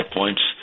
points